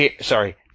Sorry